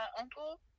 uncle